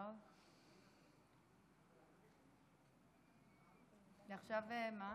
עכשיו מה?